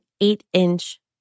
eight-inch